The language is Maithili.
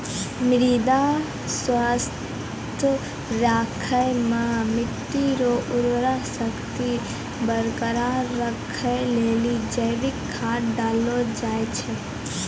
मृदा स्वास्थ्य राखै मे मट्टी रो उर्वरा शक्ति बरकरार राखै लेली जैविक खाद डाललो जाय छै